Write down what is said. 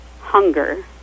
hunger